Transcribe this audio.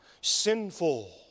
sinful